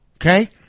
Okay